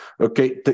Okay